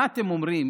מה אתם אומרים